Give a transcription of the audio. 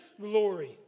glory